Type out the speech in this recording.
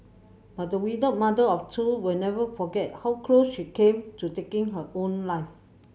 but the widowed mother of two will never forget how close she came to taking her own life